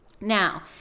Now